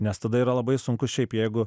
nes tada yra labai sunku šiaip jeigu